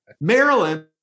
Maryland